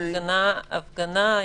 הפגנה,